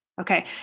Okay